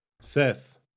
Seth